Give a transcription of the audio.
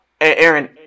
Aaron